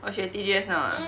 orh she at T_G_S now ah